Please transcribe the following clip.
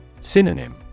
Synonym